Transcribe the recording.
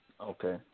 Okay